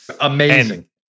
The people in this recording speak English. amazing